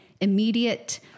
immediate